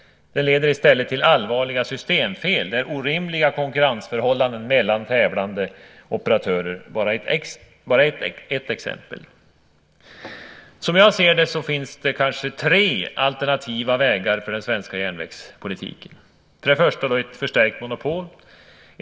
Den leder i stället till allvarliga systemfel där orimliga konkurrensförhållanden mellan tävlande operatörer bara är ett exempel. Som jag ser det finns det tre alternativa vägar för den svenska järnvägspolitiken. Först och främst är det ett förstärkt monopol.